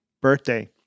birthday